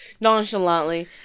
nonchalantly